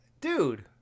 dude